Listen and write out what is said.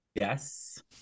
Yes